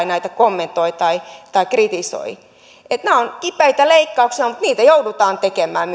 näitä kommentoivat tai tai kritisoivat nämä ovat kipeitä leikkauksia mutta niitä myöskin joudutaan tekemään